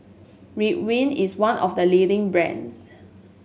ridwind is one of the leading brands